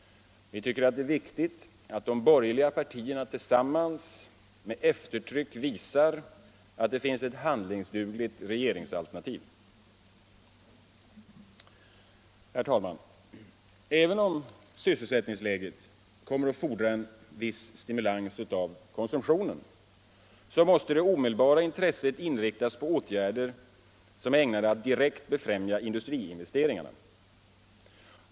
Vi tycker det är viktigt att de borgerliga partierna tillsammans med eftertryck visar att det finns ett handlingsdugligt regeringsalternativ. Herr talman! Även om sysselsättningsläget kommer att fordra en viss stimulans av konsumtionen måste det omedelbara intresset inriktas på åtgärder som är ägnade att direkt befrämja industriinvesteringarna.